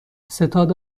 ستاد